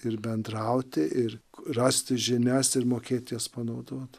ir bendrauti ir rasti žinias ir mokėt jas panaudot